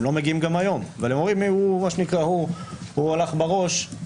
הם לא מגיעים גם היום והם אומרים הנה הוא הלך בראש,